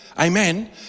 amen